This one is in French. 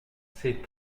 sait